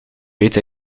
weet